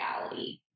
reality